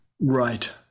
right